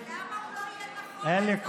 למה הוא לא, אין לי קול.